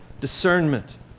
Discernment